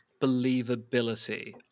believability